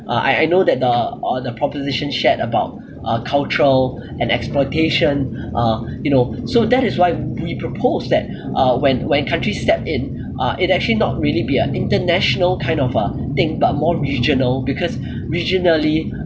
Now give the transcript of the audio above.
uh I know that uh uh the proposition shared about uh cultural and exploitation uh you know so that is why we propose that uh when when countries step in uh it actually not really be an international kind of uh thing but more regional because regionally